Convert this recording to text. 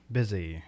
busy